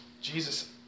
Jesus